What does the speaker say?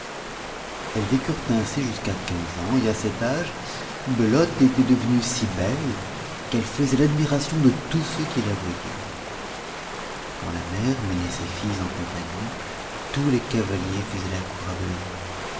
elles vécurent ainsi jusqu'à quinze ans et à cet âge belote était devenue si belle qu'elle faisait l'admiration de tous ceux qui la voyaient quand la mère menait ses filles en campagne tous les cavaliers faisaient la cour à belote